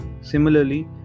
similarly